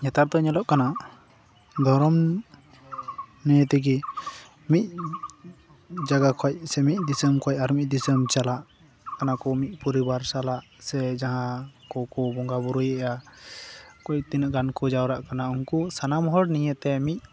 ᱱᱮᱛᱟᱨ ᱫᱚ ᱧᱮᱞᱚᱜ ᱠᱟᱱᱟ ᱫᱷᱚᱨᱚᱢ ᱱᱤᱭᱟᱹ ᱛᱮᱜᱮ ᱢᱤᱫ ᱡᱟᱜᱟ ᱠᱷᱚᱱ ᱥᱮ ᱢᱤᱫ ᱫᱤᱥᱚᱢ ᱠᱷᱚᱱ ᱟᱨ ᱢᱤᱫ ᱫᱤᱥᱚᱢ ᱪᱟᱞᱟᱜ ᱠᱟᱱᱟ ᱠᱚ ᱢᱤᱫ ᱯᱚᱨᱤᱵᱟᱨ ᱥᱟᱞᱟᱜ ᱥᱮ ᱡᱟᱦᱟᱸ ᱠᱚᱠᱚ ᱵᱚᱸᱜᱟ ᱵᱩᱨᱩᱭᱮᱫᱼᱟ ᱛᱤᱱᱟᱹᱜ ᱜᱟᱱ ᱠᱚ ᱡᱟᱣᱨᱟᱜ ᱠᱟᱱᱟ ᱩᱱᱠᱩ ᱥᱟᱱᱟᱢ ᱦᱚᱲ ᱱᱤᱭᱟᱹ ᱛᱮ ᱢᱤᱫ